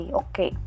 okay